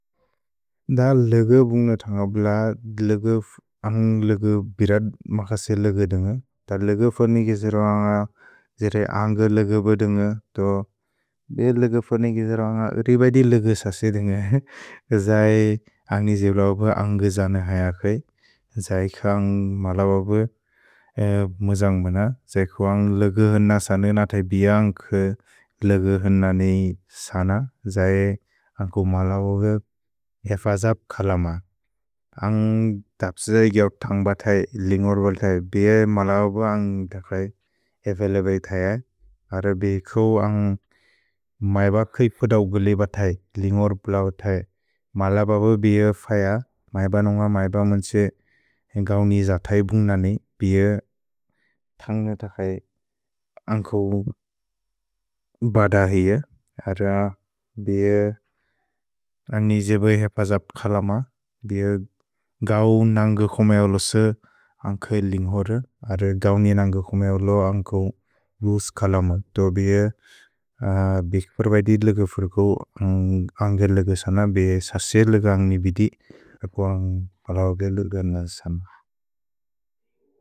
अ ल्ग् बुन्ग तन्ग ब्ल, अन्ग् ल्ग् बिरत् मक्ससे ल्ग् दुन्ग। अ ल्ग् फोर्नि किजिरु अन्ग जिरे अन्ग ल्ग् ब दुन्ग, तो बे ल्ग् फोर्नि किजिरु अन्ग रिबदि ल्ग् ससे दुन्ग। अ इ अन्ग् निजिब्लौ ब अन्ग् गिजने हय कुअ इ। अ इ क अन्ग् मलौ ब ब मुजन्ग्ब न। अ इ कुअ अन्ग् ल्ग् होन सने न त इ बिअ अन्ग् कुअ ल्ग् होन नि सन। अ इ अन्ग् कुअ मलौ ब ब एफजप् कलम। अन्ग् तप्से यौ तन्ग्ब त इ लिन्गोर् बल्त इ। भिअ इ मलौ ब अन्ग् त कुअ इ एफेलेब इ त इ अय। अर बिअ इकु अन्ग् मैब कुइ पुद उगुले ब त इ लिन्गोर् बल्त इ। मल ब ब बिअ फय। मैब नुन्ग मैब मन् त्से गौनि ज त इ बुन्ग न नि। भिअ तन्ग्ब त कुअ इ अन्ग् कुअ ब त हिय। अर बिअ अन्ग् निजिब्लौ एफेअजप् कलम। भिअ गौनि न न्गुजुमे उलोस अन्ग् कुअ इ लिन्गोर्। अर गौनि न न्गुजुमे उलोस अन्ग् कुअ इ गुज् कलम। तो बिअ बिअ इकु पेर्वदि ल्ग् फुर्कु अन्ग् ल्ग् सन। भिअ ससे ल्ग् अन्ग् निबिदि। अको अन्ग् पलौके ल्ग्न् न सन।